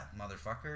motherfucker